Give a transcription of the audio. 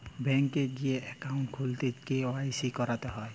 bank এ গিয়ে account খুললে কে.ওয়াই.সি ক্যরতে হ্যয়